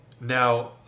Now